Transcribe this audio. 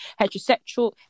heterosexual